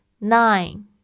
Nine